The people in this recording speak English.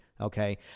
okay